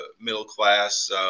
middle-class